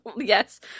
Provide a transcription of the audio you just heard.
yes